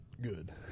Good